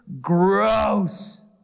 gross